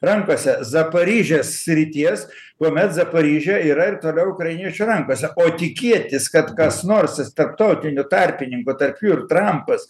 rankose zaparižės srities kuomet zaparižė yra ir toliau ukrainiečių rankose o tikėtis kad kas nors is tarptautinių tarpininkų tarp jų ir trampas